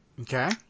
Okay